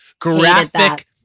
graphic